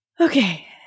Okay